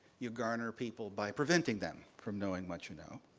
you garner people by preventing them from knowing what you know.